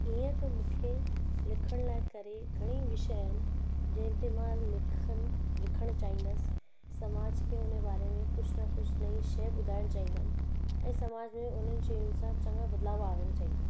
ईअं त मूंखे लिखण लाइ करे घणईं विषय आहिनि जंहिं ते मां लिखणु लिखणु चाहींदसि समाज खे उन बारे में कुझु न कुझु नई शइ ॿुधाइणु चाहींदमि ऐं समाज में उन्हनि शयुनि सां चङा बदलाव आणणु चाहींदमि